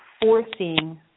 forcing